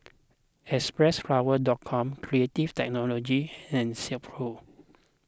Xpressflower dot com Creative Technology and Silkpro